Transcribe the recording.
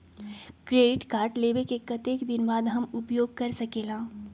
Credit card लेबे के कतेक दिन बाद हम उपयोग कर सकेला?